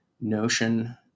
notion